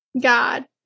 God